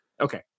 Okay